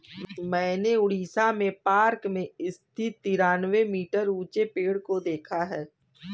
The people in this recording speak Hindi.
मैंने उड़ीसा में पार्क में स्थित तिरानवे मीटर ऊंचे पेड़ को देखा है